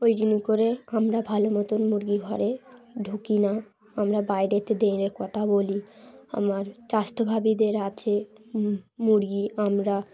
ওই জন্য করে আমরা ভালো মতন মুরগি ঘরে ঢুকি না আমরা বাইরেতে দাঁড়িয়ে কথা বলি আমার স্বাস্থ্যভাবীদের আছে মুরগি আমরা